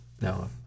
no